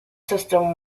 system